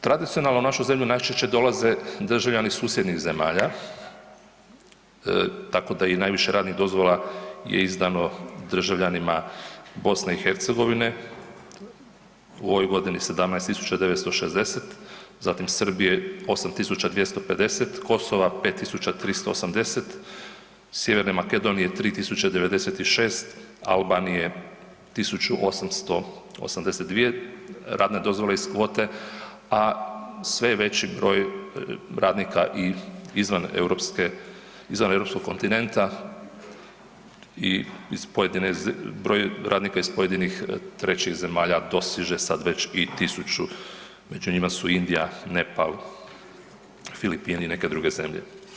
Tradicionalno u našu zemlju najčešće dolaze državljani susjednih zemalja, tako da i najviše radnih dozvola je izdano državljanima BiH u ovoj godini 17.960, zatim Srbije 8.250, Kosova 5.380, Sjeverne Makedonije 3.096, Albanije 1.882 radne dozvole iz kvote, a sve je veći broj radnika izvan Europskog kontinenta i broj radnika iz trećih zemalja dostiže sad već i tisuću, među njima su Indija, Nepal, Filipini i neke druge zemlje.